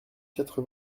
quatre